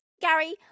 gary